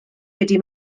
wedi